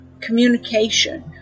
Communication